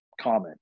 comment